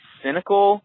cynical